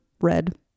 red